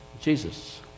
Jesus